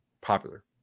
popular